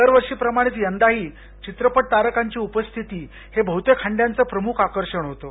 दरवर्षी प्रमाणेच यंदाही चित्रपट तारकांची उपस्थिती हे बह्तेक हंड्यांचं प्रमुख आकर्षण होतं